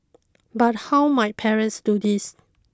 but how might parents do this